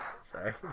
Sorry